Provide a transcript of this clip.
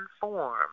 form